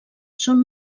són